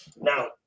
now